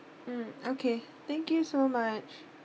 mm okay thank you so much